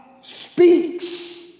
Speaks